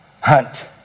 hunt